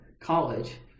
College